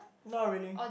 not really